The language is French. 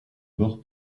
bords